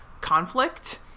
conflict